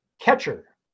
Catcher